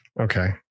Okay